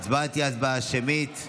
ההצבעה תהיה הצבעה שמית.